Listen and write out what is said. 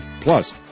Plus